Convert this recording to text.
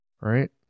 Right